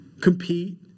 compete